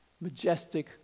majestic